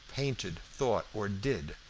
painted, thought, or did,